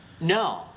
no